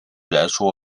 来说